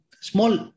small